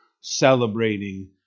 celebrating